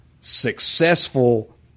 successful